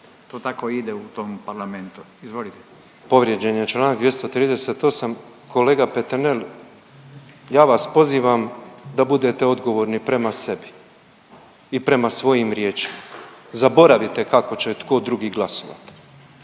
To tako ide u tom Parlamentu. Izvolite. **Petrov, Božo (MOST)** Povrijeđen je članak 238. Kolega Peternel, ja vas pozivam da budete odgovorni prema sebi i prema svojim riječima. Zaboravite kako će tko drugi glasovati.